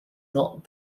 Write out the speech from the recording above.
not